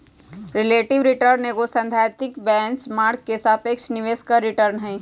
relative return एगो सैद्धांतिक benchmark के सापेक्ष निवेश पर रिटर्न हइ